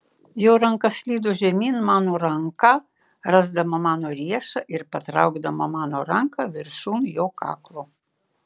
jo ranka slydo žemyn mano ranką rasdama mano riešą ir patraukdama mano ranką viršun jo kaklo